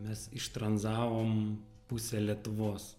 mes ištranzavom pusę lietuvos